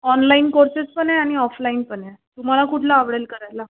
online courses पण आहे आणि ऑफलाईन पण आहे तुम्हाला कुठला आवडेल करायला